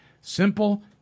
Simple